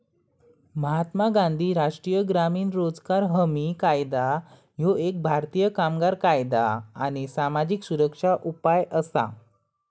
महात्मा गांधी राष्ट्रीय ग्रामीण रोजगार हमी कायदा ह्यो एक भारतीय कामगार कायदा आणि सामाजिक सुरक्षा उपाय असा